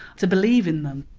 to believe in them.